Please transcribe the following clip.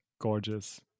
gorgeous